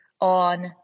on